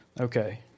Okay